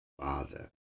Father